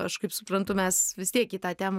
aš kaip suprantu mes vis tiek į tą temą